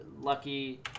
lucky